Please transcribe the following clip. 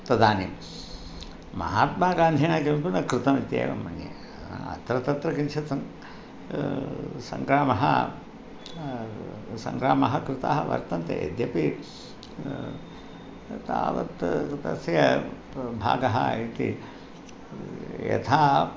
तदानीं महात्मागान्धिना किमपि न कृतम् इत्येव मन्ये अत्र तत्र किञ्चित् स सङ्ग्रामाः सङ्ग्रामाः कृताः वर्तन्ते यद्यपि तावत् तस्य ब् भागः इति यथा